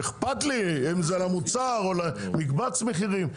אכפת לי אם זה על המוצר או על מקבץ מחירים?